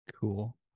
Cool